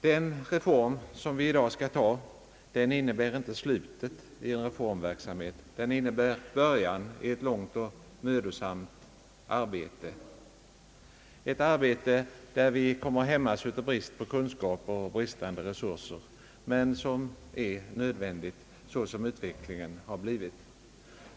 Den reform som vi i dag skall genomföra innebär inte slutet på en reformverksamhet, den innebär början på ett långt och mödosamt arbete. I detta arbete kommer vi att hämmas av brist på kunskap och resurser, men detta arbete är nödvändigt såsom utvecklingen har blivit.